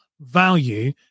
value